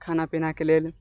खाना पीनाके लेल